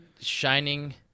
shining